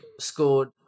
scored